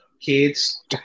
kids